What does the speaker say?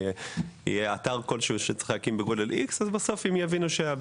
יהיה אתר כלשהו שצריך להקים בגודל X ובסוף הם יבינו שהביקוש אחר.